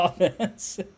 offense